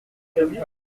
faites